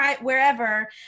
wherever